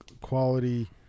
quality